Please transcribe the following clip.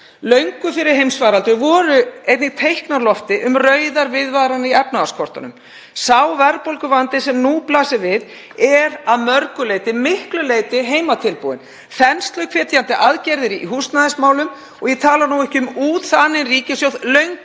Löngu fyrir heimsfaraldur voru einnig teikn á lofti um rauðar viðvaranir í efnahagskortunum. Sá verðbólguvandi sem nú blasir við er að mörgu leyti, miklu leyti, heimatilbúinn. Þensluhvetjandi aðgerðir í húsnæðismálum og ég tala nú ekki um útþaninn ríkissjóð löngu